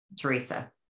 Teresa